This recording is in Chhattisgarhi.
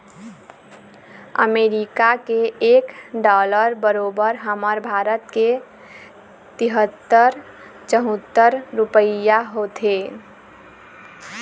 अमरीका के एक डॉलर बरोबर हमर भारत के तिहत्तर चउहत्तर रूपइया होथे